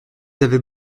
avaient